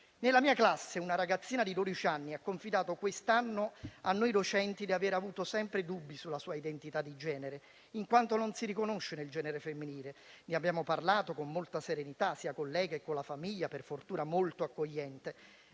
Nella mia classe una ragazzina di dodici anni ha confidato quest'anno a noi docenti di aver avuto sempre dubbi sulla sua identità di genere, in quanto non si riconosce nel genere femminile. Ne abbiamo parlato con molta serenità sia con lei che con la famiglia, per fortuna molto accogliente.